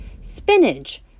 Spinach